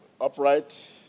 upright